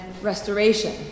restoration